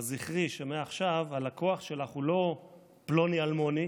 אבל זכרי שמעכשיו הלקוח שלך הוא לא פלוני אלמוני